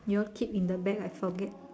you all keep in the bag I forget